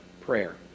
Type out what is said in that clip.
prayer